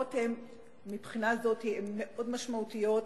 ההשלכות מבחינה זו הן מאוד משמעותיות.